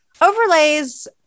overlays